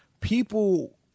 People